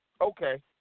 Okay